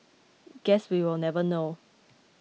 guess we will never know